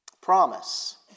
promise